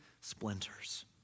splinters